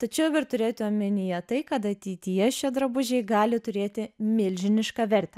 tačiau ir turėti omenyje tai kad ateityje šie drabužiai gali turėti milžinišką vertę